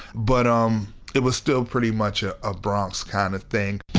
but um it was still pretty much a ah bronx kind of thing.